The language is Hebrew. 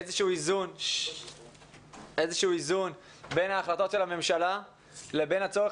איזשהו איזון בין החלטות הממשלה ובין הצורך